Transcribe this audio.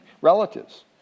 relatives